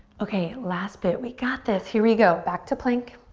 okay, last bit. we got this. here we go. back to plank.